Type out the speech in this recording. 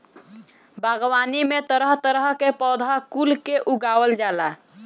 बागवानी में तरह तरह के पौधा कुल के उगावल जाला